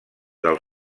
del